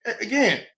Again